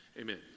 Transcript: amen